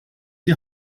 die